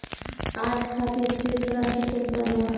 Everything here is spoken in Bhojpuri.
आज खातिर शेष राशि केतना बा?